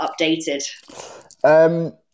updated